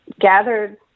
gathered